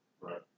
Right